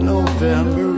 November